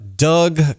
Doug